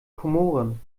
komoren